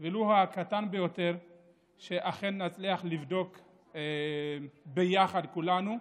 ולו הקטן ביותר שאכן נצליח לבדוק ביחד, כולנו,